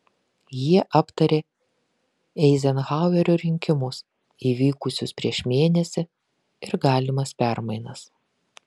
jie aptarė eizenhauerio rinkimus įvykusius prieš mėnesį ir galimas permainas